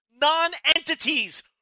non-entities